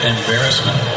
embarrassment